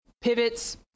pivots